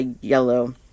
yellow